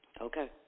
Okay